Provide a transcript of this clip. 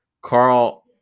Carl